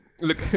look